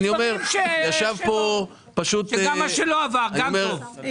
גם מה שלא עבר, גם טוב.